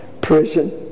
prison